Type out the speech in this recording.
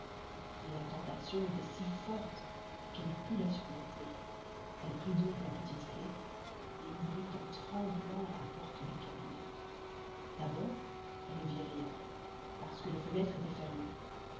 mais la tentation estoit si forte qu'elle ne put la surmonter elle prit donc la petite clef et ouvrit en tremblant la porte du cabinet d'abord elle ne vit rien parce que les fenestres estoient fermées